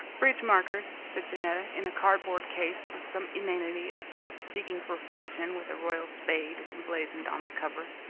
bridge-markers, said janetta, in a cardboard case, with some inanity about digging for fortune with a royal spade emblazoned on the cover.